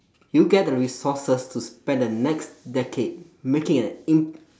you get the resources to spend the next decade making an im~